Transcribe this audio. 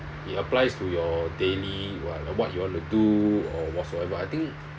it applies to your daily what what you want to do or whatsoever I think